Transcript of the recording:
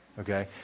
okay